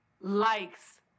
likes